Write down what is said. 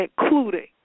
including